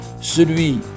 celui